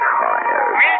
tired